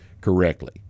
correctly